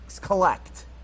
collect